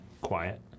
quiet